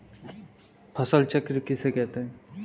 फसल चक्र किसे कहते हैं?